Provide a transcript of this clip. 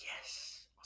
yes